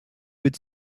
would